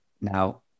Now